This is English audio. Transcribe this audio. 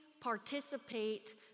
participate